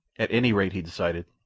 at any rate, he decided,